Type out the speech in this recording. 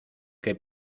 que